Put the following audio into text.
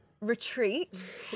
retreat